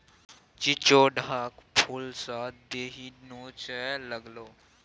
चिचोढ़क फुलसँ देहि नोचय लागलै